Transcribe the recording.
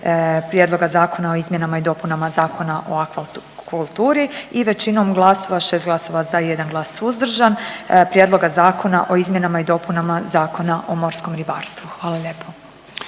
Prijedloga zakona o izmjenama i dopunama Zakona o akvakulturi i većinom glasova šest glasova za, jedan glas suzdržan Prijedloga zakona o izmjenama i dopunama Zakona o morskom ribarstvu. Hvala lijepo.